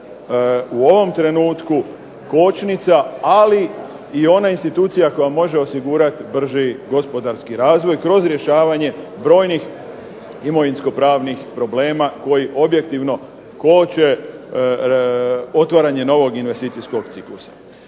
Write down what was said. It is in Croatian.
u ovom trenutku kočnica ali i ona institucija koja može osigurati brži gospodarski razvoj kroz rješavanje brojnih imovinsko-pravnih problema koji objektivno koče otvaranje novog investicijskog ciklusa.